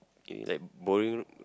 eh like bowling